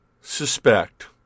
suspect